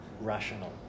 rational